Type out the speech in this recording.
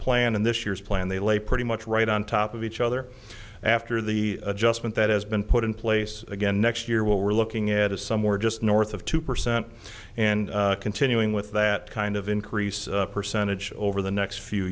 plan and this year's plan they lay pretty much right on top of each other after the adjustment that has been put in place again next year what we're looking at is somewhere just north of two percent and continuing with that kind of increase percentage over the next few